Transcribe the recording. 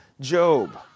Job